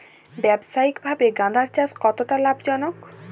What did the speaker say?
ব্যবসায়িকভাবে গাঁদার চাষ কতটা লাভজনক?